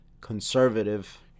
conservative